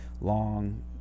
long